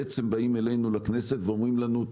בעצם באים אלינו לכנסת ואומרים לנו,